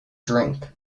drink